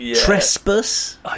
Trespass